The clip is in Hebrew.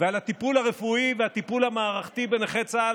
ועל הטיפול הרפואי והטיפול המערכתי בנכי צה"ל,